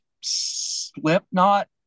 slipknot